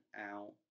out